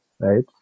right